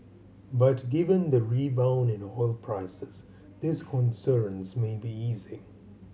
but given the rebound in oil prices these concerns may be easing